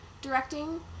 directing